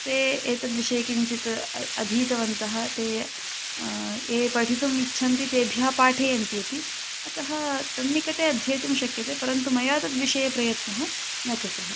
ते एतद्विषये किञ्चित् अधीतवन्तः ते ये पठितुम् इच्छन्ति तेभ्यः पाठयन्ति अपि अतः तन्निकटे अध्येतुं शक्यते परन्तु मया तद्विषये प्रयत्नः न कृतः